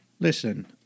Listen